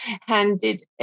handed